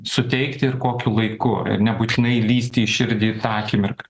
suteikti ir kokiu laiku ir nebūtinai lįsti į širdį tą akimirką